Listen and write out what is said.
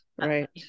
right